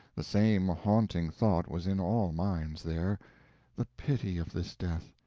the same haunting thought was in all minds there the pity of this death,